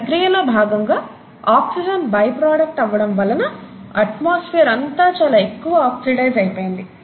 ఈ ప్రక్రియ లో భాగంగా ఆక్సిజన్ బై ప్రోడక్ట్ అవటం వలన అట్మాస్ఫియర్ అంతా చాలా ఎక్కువ ఆక్సిడైజ్ అయిపొయింది